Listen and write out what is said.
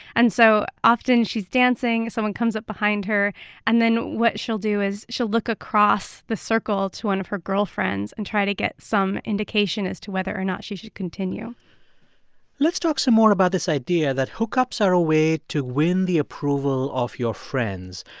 and so often she's dancing, someone comes up behind her and then what she'll do is she'll look across the circle to one of her girlfriends and try to get some indication as to whether or not she should continue let's talk some more about this idea that hookups are a way to win the approval of your friends.